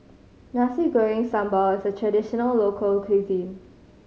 Nasi Goreng Sambal is a traditional local cuisine